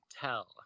Tell